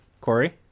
Corey